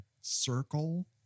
circle